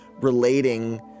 relating